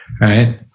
Right